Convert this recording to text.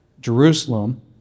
Jerusalem